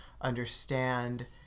understand